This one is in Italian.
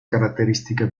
caratteristica